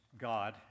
God